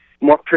more